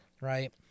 Right